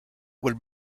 would